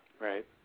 right